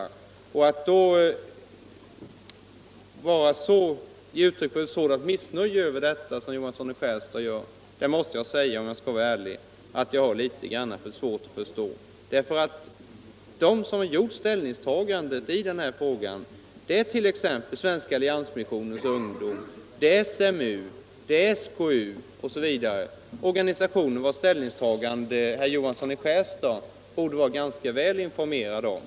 Tisdagen den Att någon då kan ge uttryck för ett sådant missnöje som herr Johansson 29 april 1975 i Skärstad gör har jag svårt att förstå. De som har gjort ställningstagandet == LL i denna fråga är t.ex. Svenska alliansmissionens ungdom, SMU, SKU = Stöd till ungdomsosv., organisationer vilkas ställningstagande herr Johansson i Skärstad organisationerna borde vara ganska väl informerad om.